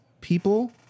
people